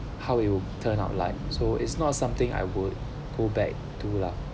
how it will turn out like so it's not something I would go back to lah